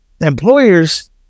Employers